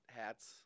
hats